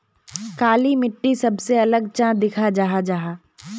काली मिट्टी सबसे अलग चाँ दिखा जाहा जाहा?